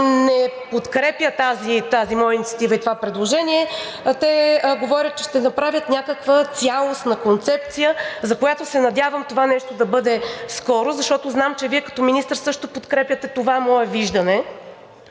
не подкрепя тази моя инициатива и това предложение. Те говорят, че ще направят някаква цялостна концепция, за която се надявам това нещо да бъде скоро, защото знам, че Вие като министър също подкрепяте това мое виждане